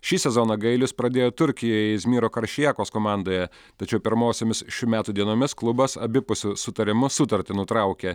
šį sezoną gailius pradėjo turkijoje izmiro karšijakos komandoje tačiau pirmosiomis šių metų dienomis klubas abipusiu sutarimu sutartį nutraukė